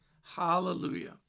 Hallelujah